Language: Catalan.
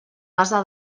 base